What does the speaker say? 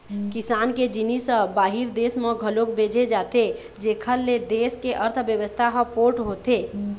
किसान के जिनिस ह बाहिर देस म घलोक भेजे जाथे जेखर ले देस के अर्थबेवस्था ह पोठ होथे